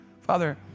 Father